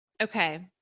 Okay